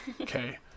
Okay